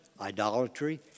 Idolatry